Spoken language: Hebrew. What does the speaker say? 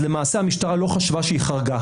למעשה המשטרה לא חשבה שהיא חרגה.